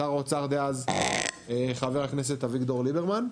שר האוצר דאז חבר הכנסת אביגדור ליברמן,